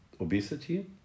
obesity